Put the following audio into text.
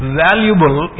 valuable